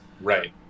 Right